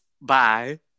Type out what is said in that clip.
bye